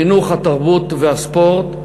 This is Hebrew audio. התרבות והספורט.